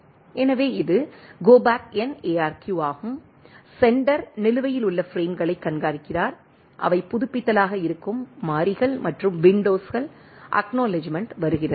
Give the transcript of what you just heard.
எனவே இது go back N ARQ ஆகும் செண்டர் நிலுவையில் உள்ள பிரேம்களைக் கண்காணிக்கிறார் அவை புதுப்பித்தல்களாக இருக்கும் மாறிகள் மற்றும் விண்டோஸ்கள் அக்நாலெட்ஜ்மெண்ட் வருகிறது